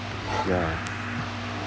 ya